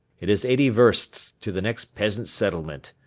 it is eighty versts to the next peasant settlement.